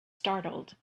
startled